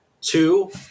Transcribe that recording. Two